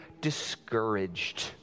discouraged